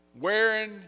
wearing